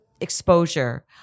exposure